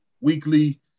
weekly